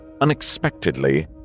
Unexpectedly